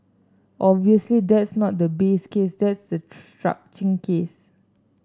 obviously that's not the base case that's the case